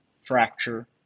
fracture